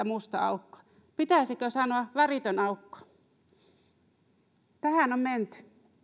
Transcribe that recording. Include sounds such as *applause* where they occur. *unintelligible* musta aukko pitäisikö sanoa väritön aukko tähän on menty